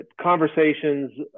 conversations